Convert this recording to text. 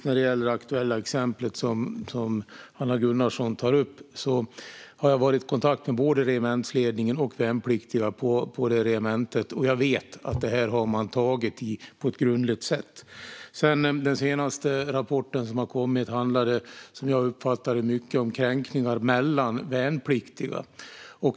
När det gäller det exempel som Hanna Gunnarsson tog upp har jag varit i kontakt med både regementsledningen och värnpliktiga på regementet, och jag vet att man har tagit tag i detta på ett grundligt sätt. Den senaste rapporten som kom handlade som jag uppfattade det mycket om kränkningar mellan värnpliktiga.